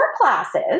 classes